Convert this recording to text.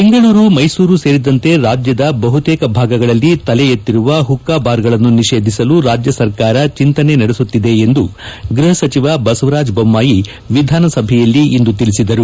ಬೆಂಗಳೂರು ಮೈಸೂರು ಸೇರಿದಂತೆ ರಾಜ್ಯದ ಬಹುತೇಕ ಭಾಗಗಳಲ್ಲಿ ತಲೆ ಎತ್ತಿರುವ ಹುಕ್ಕಾಬಾರ್ಗಳನ್ನು ನಿಷೇಧಿಸಲು ರಾಜ್ಯ ಸರ್ಕಾರ ಚಿಂತನೆ ನಡೆಸುತ್ತಿದೆ ಎಂದು ಗ್ರಹ ಸಚಿವ ಬಸವರಾಜ ದೊಮ್ನಾಯಿ ವಿಧಾನ ಸಭೆಯಲ್ಲಿಂದು ತಿಳಿಸಿದರು